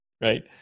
right